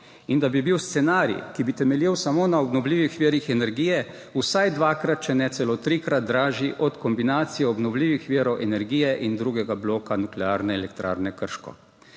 in da bi bil scenarij, ki bi temeljil samo na obnovljivih virih energije vsaj dvakrat, če ne celo trikrat dražji od kombinacije obnovljivih virov energije in drugega bloka Nuklearne elektrarne Krško.